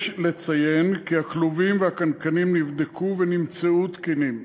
יש לציין כי הכלובים והקנקנים נבדקו ונמצאו תקינים.